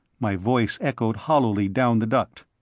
my voice echoed hollowly down the duct.